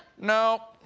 no.